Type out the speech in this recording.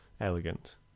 elegant